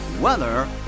Weather